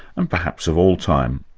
and perhaps of all time.